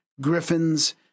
griffins